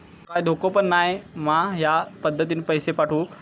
काय धोको पन नाय मा ह्या पद्धतीनं पैसे पाठउक?